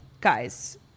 guys